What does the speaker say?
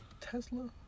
Tesla